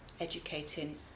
educating